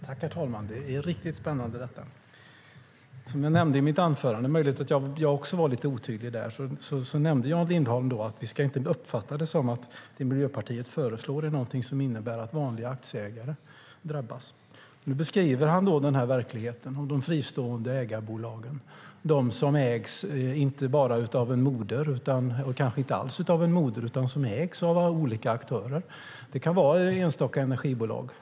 Herr talman! Detta är riktigt spännande! Det är möjligt att jag var lite otydlig i mitt anförande. Som jag sade där nämnde Jan Lindholm att vi inte ska uppfatta det som att det Miljöpartiet föreslår är något som innebär att vanliga aktieägare drabbas. Nu beskriver han den här verkligheten med de fristående ägarbolagen, som ägs inte bara av en moder eller kanske inte alls av en moder utan av olika aktörer. Det kan vara enstaka energibolag.